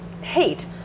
hate